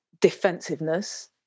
defensiveness